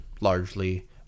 largely